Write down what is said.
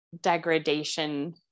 degradation